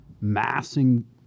massing